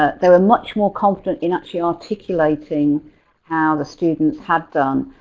ah they were much more confident in actually articulating how the students had done.